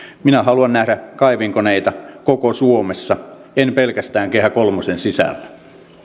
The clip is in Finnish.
minä haluan nähdä kaivinkoneita koko suomessa en pelkästään kehä kolmosen sisällä